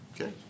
Okay